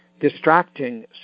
Distracting